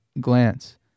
glance